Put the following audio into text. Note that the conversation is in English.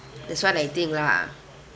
that's what I think lah